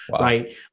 right